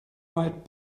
white